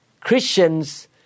Christians